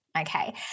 Okay